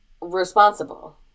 responsible